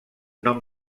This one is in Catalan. nom